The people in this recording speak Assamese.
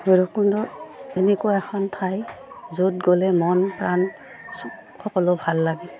ভৈৰৱকুণ্ড এনেকুৱা এখন ঠাই য'ত গ'লে মন প্ৰাণ সকলো ভাল লাগে